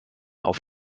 auf